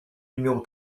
numéro